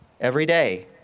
everyday